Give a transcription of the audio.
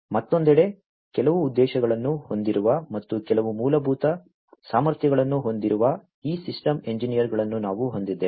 ಮತ್ತೊಂದೆಡೆ ಕೆಲವು ಉದ್ದೇಶಗಳನ್ನು ಹೊಂದಿರುವ ಮತ್ತು ಕೆಲವು ಮೂಲಭೂತ ಸಾಮರ್ಥ್ಯಗಳನ್ನು ಹೊಂದಿರುವ ಈ ಸಿಸ್ಟಮ್ ಎಂಜಿನಿಯರ್ಗಳನ್ನು ನಾವು ಹೊಂದಿದ್ದೇವೆ